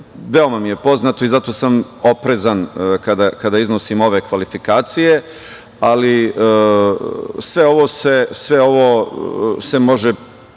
veoma mi je poznato i zato sam oprezan kada iznosim ove kvalifikacije, ali sve ovo se može i